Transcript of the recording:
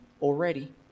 already